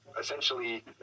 essentially